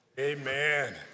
Amen